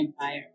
empire